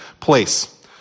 place